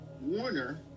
Warner